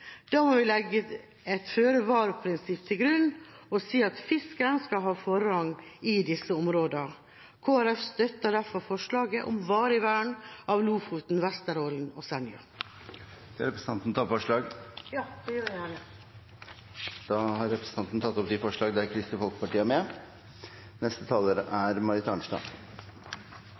Da må vi legge et føre-var-prinsipp til grunn og si at fisken skal ha forrang i disse områdene. Kristelig Folkeparti støtter derfor forslaget om varig vern av Lofoten, Vesterålen og Senja. Jeg tar med dette opp forslaget fra Kristelig Folkeparti, Venstre, Sosialistisk Venstreparti og Miljøpartiet De Grønne. Representanten Rigmor Andersen Eide har tatt opp